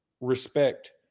respect